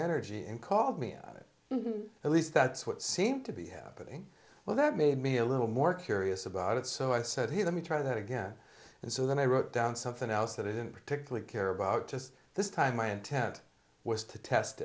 energy and called me on it at least that's what seemed to be happening well that made me a little more curious about it so i said he let me try that again and so then i wrote down something else that i didn't particularly care about just this time my intent was to test